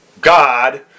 God